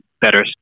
better